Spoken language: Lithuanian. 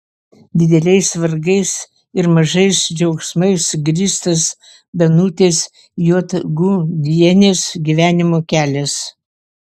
dideliais vargais ir mažais džiaugsmais grįstas danutės juodgudienės gyvenimo kelias